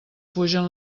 fugen